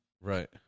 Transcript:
Right